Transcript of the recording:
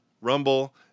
Rumble